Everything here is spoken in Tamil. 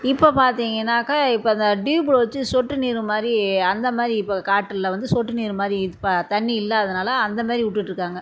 இப்போ பார்த்தீங்கன்னாக்க இப்போ அந்த டியூப்பில் வச்சி சொட்டு நீர் மாதிரி அந்த மாதிரி இப்போ காட்டில் வந்து சொட்டு நீர் மாதிரி இது ப தண்ணி இல்லாததுனால அந்த மாதிரி விட்டுட்டு இருக்காங்க